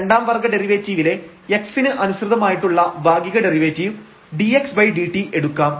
ഈ രണ്ടാം വർഗ്ഗ ഡെറിവേറ്റീവിലെ x ന് അനുസൃതമായിട്ടുള്ള ഭാഗിക ഡെറിവേറ്റീവ് dxdt എടുക്കാം